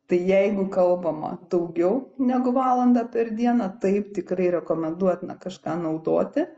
tai jeigu kalbama daugiau negu valandą per dieną taip tikrai rekomenduotina kažką naudoti